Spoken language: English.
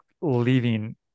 leaving